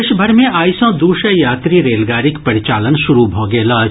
देश भरि मे आइ सँ दू सय यात्री रेलगाड़ीक परिचालन शुरू भऽ गेल अछि